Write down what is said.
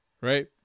right